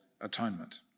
atonement